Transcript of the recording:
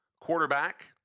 quarterback